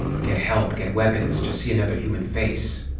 get help, get weapons just see another human face.